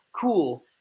cool